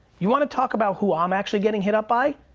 you wanna talk about who i'm actually getting hit up by?